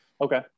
Okay